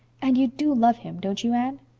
and you do love him, don't you, anne?